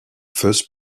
first